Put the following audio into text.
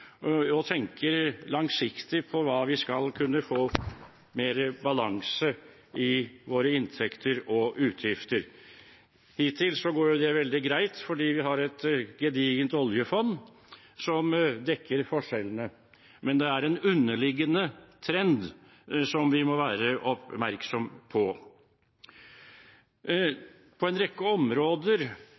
og tenker langsiktig på hvordan vi skal kunne få mer balanse i våre inntekter og utgifter. Hittil har det gått veldig greit fordi vi har et gedigent oljefond som dekker forskjellene, men det er en underliggende trend som vi må være oppmerksom på. På en rekke områder